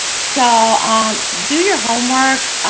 so do your homework.